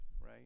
right